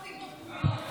סטיגמות,